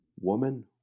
Woman